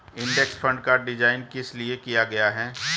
Index fund का design किस लिए किया गया है?